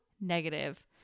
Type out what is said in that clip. negative